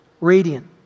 radiant